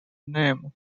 name